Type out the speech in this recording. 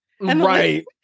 Right